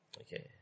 Okay